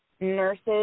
Nurses